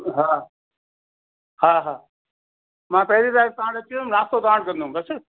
हा हा हा मां पहिरीं तारीख़ु अची वेंदुमि नास्तो तव्हां वटि कंदुमि बस